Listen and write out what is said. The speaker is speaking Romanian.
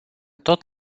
tot